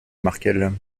markel